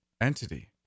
entity